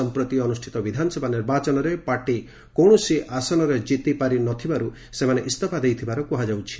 ସମ୍ପ୍ରତି ଅନୁଷ୍ଠିତ ବିଧାନସଭା ନିର୍ବାଚନରେ ପାର୍ଟି କୌଣସି ଆସନରେ କ୍ରିତି ନ ପାରିବାରୁ ସେମାନେ ଇସ୍ତଫା ଦେଇଥିବାର କୁହାଯାଉଛି